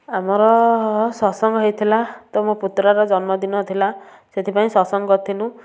ଆମର ସତସଙ୍ଗ ହେଇଥିଲା ତ ମୋ ପୁତୁରା ର ଜନ୍ମଦିନ ଥିଲା ସେଥିପାଇଁ ସତସଙ୍ଗ କରିଥିନୁ